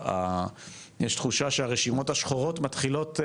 ויש תחושה שהרשימות השחורות מתחילות,